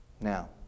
Now